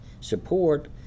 support